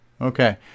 Okay